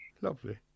lovely